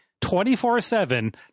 24-7